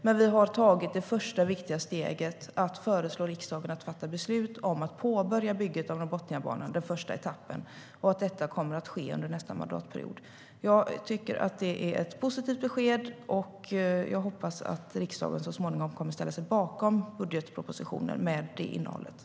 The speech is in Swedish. Men vi har tagit det första viktiga steget att föreslå riksdagen att fatta beslut om att påbörja bygget av Norrbotniabanan, den första etappen, och att detta kommer att ske under nästa mandatperiod.